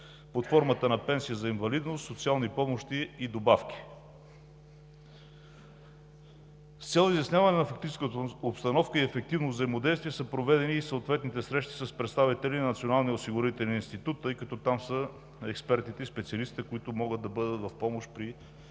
под формата на пенсия за инвалидност, социални помощи и добавки. С цел изясняване на фактическата обстановка и ефективно взаимодействие са проведени и съответните срещи с представители на Националния осигурителен институт, тъй като там са експертите и специалистите, които могат да бъдат в помощ при